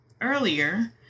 earlier